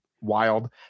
wild